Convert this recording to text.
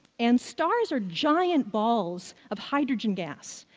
and stars are giant balls of hydrogen gas.